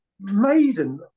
maiden